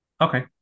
Okay